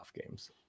games